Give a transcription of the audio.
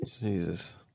Jesus